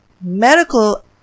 Medical